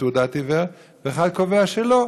תעודת עיוור ואחד קובע שלא,